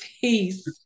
Peace